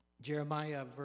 Jeremiah